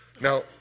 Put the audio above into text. Now